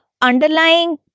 underlying